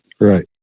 Right